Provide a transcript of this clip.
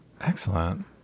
Excellent